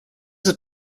ist